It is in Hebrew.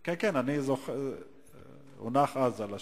כי שם הוכנה הצעת החוק.